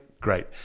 Great